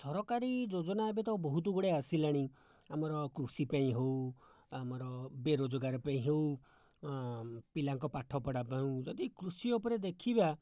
ସରକାରୀ ଯୋଜନା ଏବେ ତ ବହୁତଗୁଡ଼ିଏ ଆସିଲାଣି ଆମର କୃଷି ପାଇଁ ହେଉ ଆମର ବେରୋଜଗାର ପାଇଁ ହେଉ ପିଲାଙ୍କ ପାଠ ପଢ଼ା ପାଇଁ ଯଦି କୃଷି ଉପରେ ଦେଖିବା